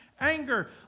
anger